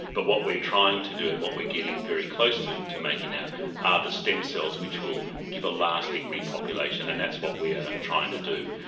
but what we're trying to do and what we are getting very close to to making now are the stem cells which will give a lasting repopulation, and that's what we are trying to do.